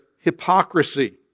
hypocrisy